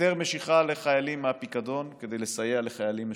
היתר משיכה לחיילים מהפיקדון כדי לסייע לחיילים משוחררים,